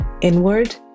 Inward